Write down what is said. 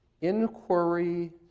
inquiry